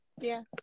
yes